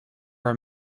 are